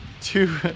two